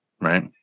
right